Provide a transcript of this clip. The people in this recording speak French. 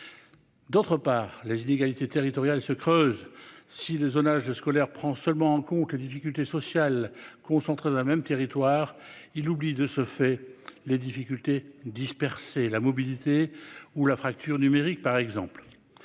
d'autre part, les inégalités territoriales se creusent si le zonage de scolaire prend seulement en compte les difficultés sociales concentrera même territoire, il oublie de ce fait, les difficultés disperser la mobilité ou la fracture numérique, par exemple,